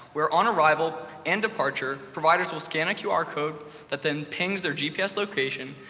where, on arrival and departure, providers will scan a qr code that then pings their gps location,